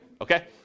Okay